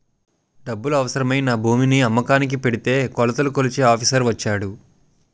డబ్బులు అవసరమై నా భూమిని అమ్మకానికి ఎడితే కొలతలు కొలిచే ఆఫీసర్ వచ్చాడు